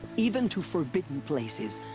even to forbidden places.